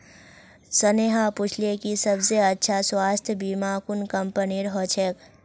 स्नेहा पूछले कि सबस अच्छा स्वास्थ्य बीमा कुन कंपनीर ह छेक